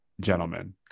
gentlemen